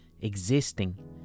existing